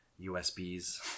USBs